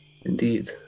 Indeed